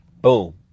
Boom